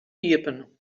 iepen